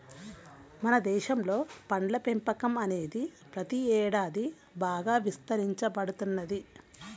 మన దేశంలో పండ్ల పెంపకం అనేది ప్రతి ఏడాది బాగా విస్తరించబడుతున్నది